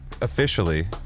officially